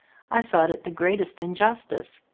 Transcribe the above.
i thought it the greatest injustice,